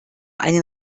einen